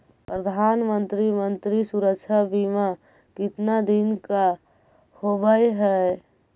प्रधानमंत्री मंत्री सुरक्षा बिमा कितना दिन का होबय है?